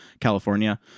California